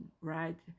right